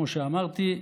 כמו שאמרתי,